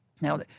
Now